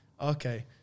okay